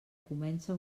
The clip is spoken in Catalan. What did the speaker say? comença